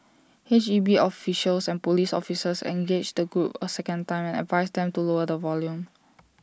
H E B officials and Police officers engaged the group A second time and advised them to lower the volume